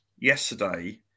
yesterday